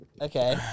Okay